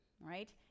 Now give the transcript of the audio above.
right